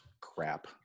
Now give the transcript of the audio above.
crap